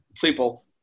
people